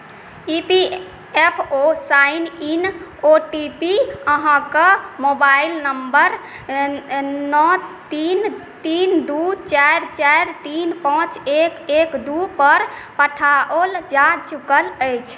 E P F O sign in O T P अहाँके mobile number नओ तीन तीन दू चारि चारि तीन पाँच एक एक दूपर पठाओल जा चुकल अछि